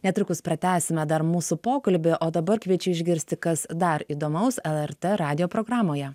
netrukus pratęsime dar mūsų pokalbį o dabar kviečiu išgirsti kas dar įdomaus lrt radijo programoje